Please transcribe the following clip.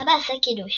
אבא עשה קידוש,